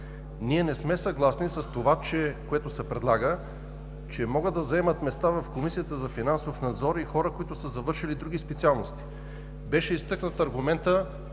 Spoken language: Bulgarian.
Не сме съгласни с предложението да могат да заемат места в Комисията за финансов надзор хора, които са завършили други специалности. Беше изтъкнат аргументът,